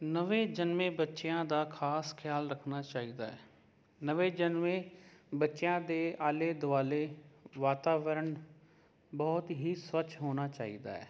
ਨਵੇਂ ਜਨਮੇ ਬੱਚਿਆਂ ਦਾ ਖਾਸ ਖਿਆਲ ਰੱਖਣਾ ਚਾਹੀਦਾ ਹੈ ਨਵੇਂ ਜਨਮੇ ਬੱਚਿਆਂ ਦੇ ਆਲੇ ਦੁਆਲੇ ਵਾਤਾਵਰਨ ਬਹੁਤ ਹੀ ਸਵੱਛ ਹੋਣਾ ਚਾਹੀਦਾ ਹੈ